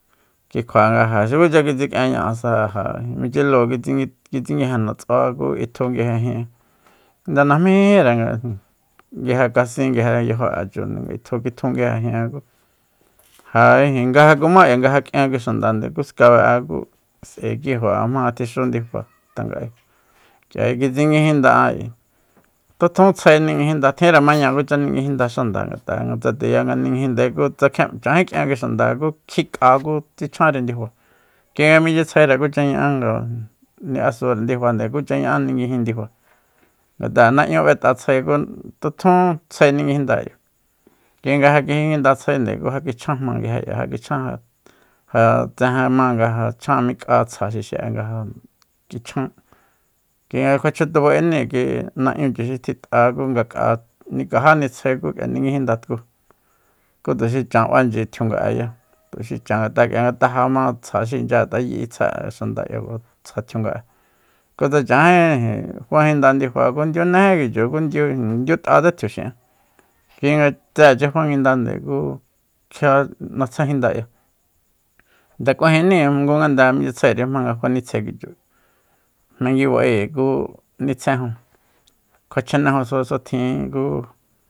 Ki kjua nga ja xukucha kitsik'ieña'asa ja michilúu kutsiguijenna tsua ku itju nguije jin'e nde najmí jínjíre nguije kasin nguije yajo'e chu nde nga itju kitjun nguije jin'e ku ja ijin nga ja kumá k'ia nga ja k'ien kui xandande ku skabe'en ku s'ae kiju'an jmanga tjixú ndifa tanga'ae k'ia kitsinguijinda'a ayi tutjun tsjae ninguijinda tjinre maña'e kucha ninguijinda xanda ngat'a'e tsa tuya nga ninguijindae ku tsa kjia chajín k'ien kui xanda ku kjik'a ku tsichjanri ndifa kui nga michyitsjaere kucha ña'á nga ni asure ndifande kucha ña'á ninguijin ndifa ngat'a na'ñú b'et'a tsjae ku tutjun tsjae ninguijinda ayi kuinga nga ja kiji nguinda tsjaende ku ja kichjanjma nguije k'ia ja kichjan ja tsejen ma nga ja chjan ja min'ka tsja xixi'e nga ja kichjan kui nga kjua chjuntuba'eni kui na'ñuchi xi tjin'ta ku ngaká nikajáni tsjae ku kjia ninguijinda tkúu ku tuxi chan b'anchyi tjiunga'eyá tuxi chan ngat'a k'ia nga taja ma tsja xi inchya ngat'a yi'i tsja'e xanda k'iakua tsja tjiunga'e ku tsa chanjí ijin fajinda ndifa ku ndiunéjí kui chu ku ndiu- ndiut'atse tjiuxin'e kui nga tséechi fanguindande ku kjia ´natjéjinda k'ia nde k'uajenníi ngu ngande minchyitsjaeri jmanga fa nitsée kui chu ayi jmenguiba'e ku nitsjejun kjua chanejun tsuatjin tsjuatjin ku